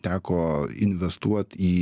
teko investuot į